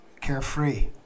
carefree